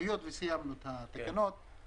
היות שסיימנו את התקנות אני